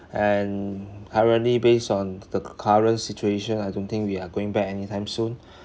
and currently based on the current situation I don't think we are going back anytime soon